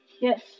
Yes